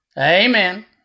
Amen